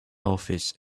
office